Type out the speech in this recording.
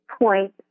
point